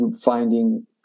finding